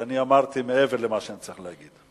אני אמרתי מעבר למה שאני צריך להגיד.